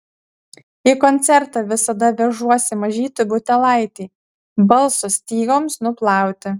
į koncertą visada vežuosi mažytį butelaitį balso stygoms nuplauti